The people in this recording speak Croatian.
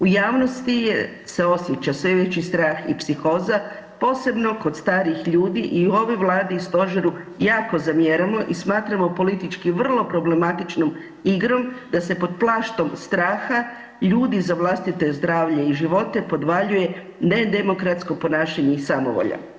U javnosti je se osjeća sve veći strah i psihoza posebno kod starijih ljudi i ovoj Vladi i stožeru jako zamjeramo i smatramo politički vrlo problematičnom igrom da se pod plaštom straha ljudi za vlastito zdravlje i živote podvaljuje nedemokratsko ponašanje i samovolja.